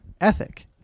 ethic